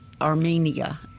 Armenia